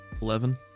Eleven